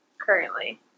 currently